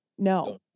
No